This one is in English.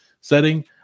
setting